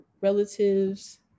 relatives